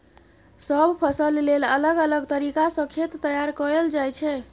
सब फसल लेल अलग अलग तरीका सँ खेत तैयार कएल जाइ छै